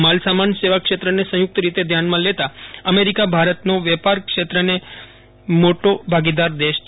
માલ સામાન સેવા ક્ષેત્રને સંયુક્ત રીતે ધ્યાનમાં લેતા અમેરિકા ભારતનો વેપાર ક્ષેત્રને મોટો ભાગીદાર દેશ છે